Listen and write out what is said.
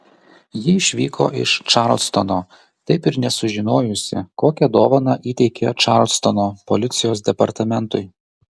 ji išvyko iš čarlstono taip ir nesužinojusi kokią dovaną įteikė čarlstono policijos departamentui